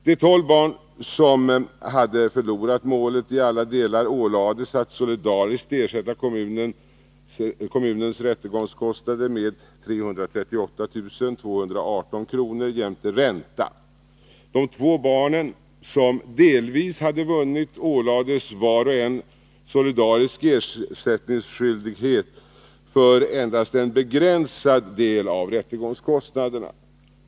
De 12 barn som hade förlorat målet i alla delar ålades att solidariskt ersätta kommunens rättegångskostnader med 338 218 kr. jämte ränta. De två barn som delvis hade vunnit ålades var och en solidarisk ersättningsskyldighet för endast en begränsad del av rättegångskostnaderna.